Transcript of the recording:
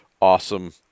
awesome